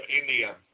India